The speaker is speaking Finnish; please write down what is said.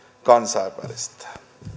kansainvälistää